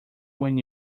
when